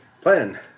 Plan